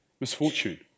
Misfortune